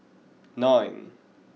nine